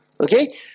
Okay